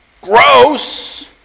gross